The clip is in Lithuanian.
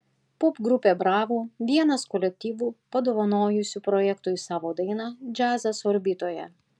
popgrupė bravo vienas kolektyvų padovanojusių projektui savo dainą džiazas orbitoje